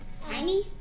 Tiny